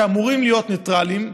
שאמורים להיות ניטרליים,